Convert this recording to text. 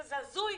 זה הזוי.